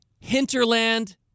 hinterland